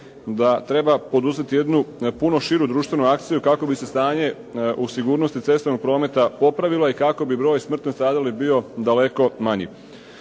da treba poduzeti jednu puno širu društvenu akciju kako bi se stanje u sigurnosti cestovnog prometa popravilo i kako bi broj smrtno stradalih bio daleko manji.